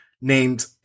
named